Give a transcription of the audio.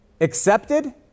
Accepted